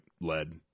lead